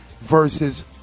versus